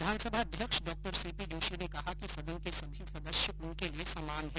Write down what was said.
विधानसभा अध्यक्ष डॉ सीपी जोशी ने कहा कि सदन के सभी सदस्य उनके लिए समान है